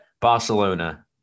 Barcelona